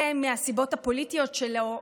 זה מהסיבות הפוליטיות שלו,